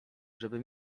żeby